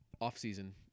off-season